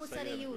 המוסריות.